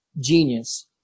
genius